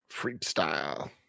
freestyle